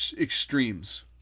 extremes